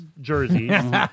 jerseys